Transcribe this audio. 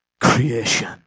creation